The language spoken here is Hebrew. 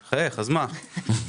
חייך, אז מה?